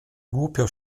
głupio